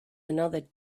another